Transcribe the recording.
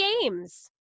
games